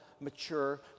mature